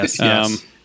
yes